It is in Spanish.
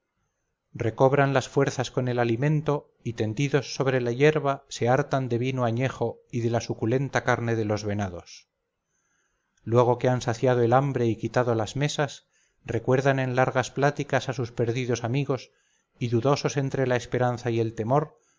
recobran las fuerzas con el alimento y tendidos sobre la hierba se hartan de vino añejo y de la suculenta carne de los venados luego que han saciado el hambre y quitado las mesas recuerdan en largas pláticas a sus perdidos amigos y dudosos entre la esperanza y el temor